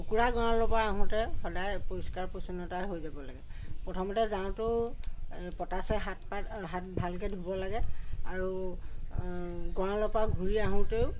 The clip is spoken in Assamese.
কুকুৱা গড়ালৰ পৰা আহোঁতে সদায় পৰিষ্কাৰ পৰিচ্ছন্নতা হৈ ল'ব লাগে প্ৰথমতে যাওঁতেও এই পটাছে হাত পাত হাত ভালকৈ ধুব লাগে আৰু গড়ালৰ পৰা ঘূৰি আহোঁতেও